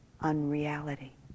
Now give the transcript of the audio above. unreality